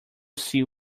see